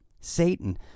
Satan